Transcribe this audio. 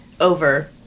over